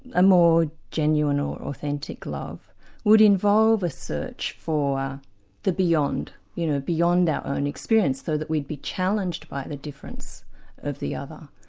a more genuine or authentic love would involve a search for the beyond, you know, beyond our own experience, so that we'd be challenged by the difference of the other.